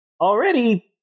already